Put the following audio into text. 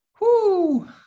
whoo